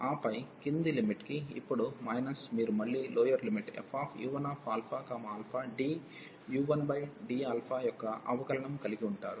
ఆపై కింది లిమిట్ కి ఇప్పుడు మైనస్ మీరు మళ్ళీ లోయర్ లిమిట్ fu1ααdu1dα యొక్క అవకలనం కలిగి ఉంటారు